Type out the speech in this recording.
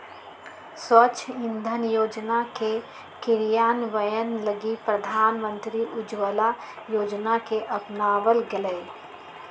स्वच्छ इंधन योजना के क्रियान्वयन लगी प्रधानमंत्री उज्ज्वला योजना के अपनावल गैलय